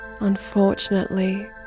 Unfortunately